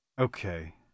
Okay